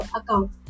account